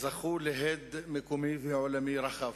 זכו להד מקומי ועולמי רחב.